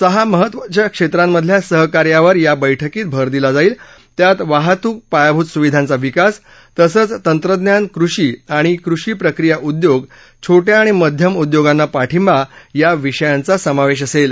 सहा महत्त्वाच्या क्षेत्रांमधल्या सहकार्यावर या बैठकीत भर दिला जाईल त्यात वाहतूक पायाभूत सुविधांचा विकास तसंच तंत्रज्ञान कृषी आणि कृषी प्रक्रिया उद्योग छोट्या आणि मध्यम उद्योगांना पाठिंबा या विषयांचा समावेश असेल